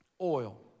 oil